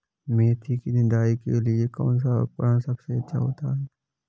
मेथी की निदाई के लिए कौन सा उपकरण सबसे अच्छा होता है?